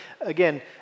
Again